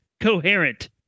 coherent